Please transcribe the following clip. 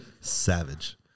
Savage